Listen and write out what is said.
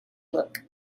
look